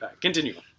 continue